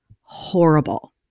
horrible